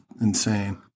insane